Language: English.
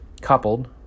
coupled